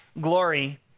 glory